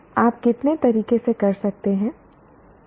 आप कितने तरीके से कर सकते हैं